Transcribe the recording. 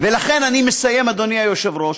עכשיו אני אומר לך, אני גדלתי בבית סופר-יהודי,